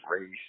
race